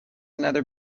another